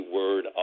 word